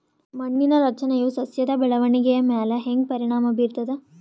ಮಣ್ಣಿನ ರಚನೆಯು ಸಸ್ಯದ ಬೆಳವಣಿಗೆಯ ಮ್ಯಾಲ ಹ್ಯಾಂಗ ಪರಿಣಾಮ ಬೀರ್ತದ?